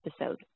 episode